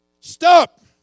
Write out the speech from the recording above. stop